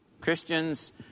Christians